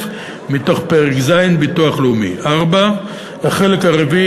מתוך פרק ז' (ביטוח לאומי); 4. החלק הרביעי